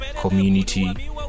community